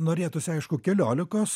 norėtųsi aišku keliolikos